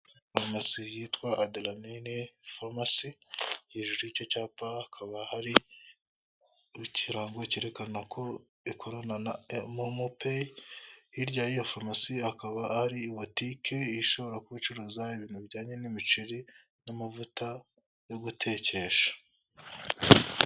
Farumasi yitwa aderanine famasi, hejuru y'icyo cyapa hakaba hari ikirango cyerekana ko ikorana na momo peyi hirya y'iyo farumasi hakaba hari butike ishobora kuba icuruza ibintu bijyanye n'imiceri n'amavuta yo gutekesha.